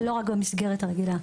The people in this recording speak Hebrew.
ולא רק במסגרת הרגילה.